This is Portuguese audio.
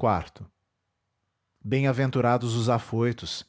edo em aventurados os afoutos